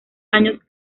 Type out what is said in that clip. años